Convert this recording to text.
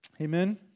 Amen